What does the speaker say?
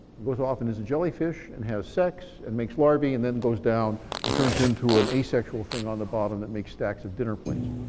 it goes off as a jellyfish and has sex and makes larvae, and then goes down and turns into an asexual thing on the bottom that makes stacks of dinner plates.